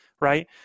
right